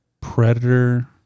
Predator